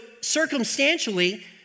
circumstantially